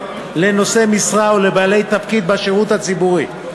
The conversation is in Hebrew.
לנושאי משרה ולבעלי תפקיד בשירות הציבורי.